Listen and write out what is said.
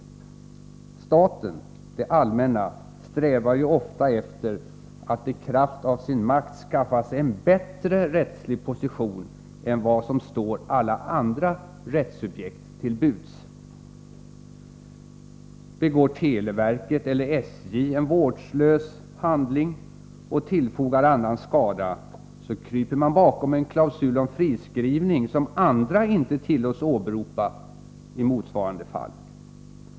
Staten, det allmänna, strävar ju ofta efter att i kraft av sin makt skaffa sig en bättre rättslig position än vad som står alla andra rättssubjekt till buds. Begår televerket eller SJ en vårdslös handling och tillfogar annan skada, så kryper man bakom en klausul om friskrivning som andra inte tillåts åberopa i motsvarande fall.